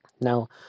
Now